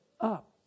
up